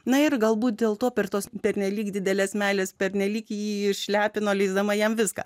na ir galbūt dėl to per tos pernelyg didelės meilės pernelyg jį išlepino leisdama jam viską